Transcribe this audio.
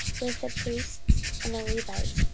with the priests and the levites,